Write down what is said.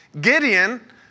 Gideon